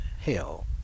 hell